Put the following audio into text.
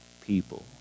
people